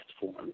form